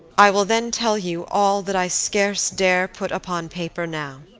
i will then tell you all that i scarce dare put upon paper now.